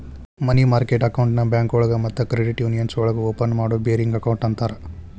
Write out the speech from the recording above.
ಮನಿ market ಅಕೌಂಟ್ನ ಬ್ಯಾಂಕೋಳಗ ಮತ್ತ ಕ್ರೆಡಿಟ್ ಯೂನಿಯನ್ಸ್ ಒಳಗ ಓಪನ್ ಮಾಡೋ ಬೇರಿಂಗ್ ಅಕೌಂಟ್ ಅಂತರ